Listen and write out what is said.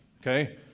Okay